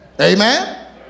Amen